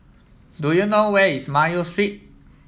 do you know where is Mayo Street